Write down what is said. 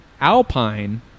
Alpine